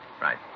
Right